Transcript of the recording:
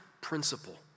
principle